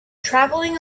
traveling